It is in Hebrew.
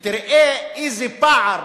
ותראה איזה פער